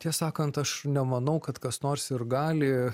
tiesą sakant aš nemanau kad kas nors ir gali